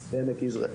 עמק יזרעאל.